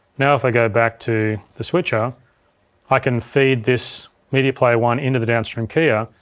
now if i go back to the switcher i can feed this media player one into the downstream keyer.